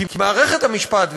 כי מערכת המשפט,